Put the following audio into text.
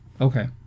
Okay